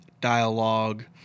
dialogue